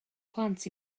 plant